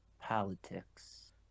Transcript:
Politics